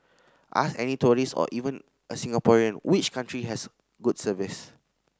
ask any tourist or even a Singaporean which country has good service